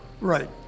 Right